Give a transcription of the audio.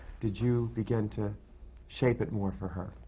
did you begin to shape it more for her?